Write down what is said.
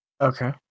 Okay